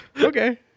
Okay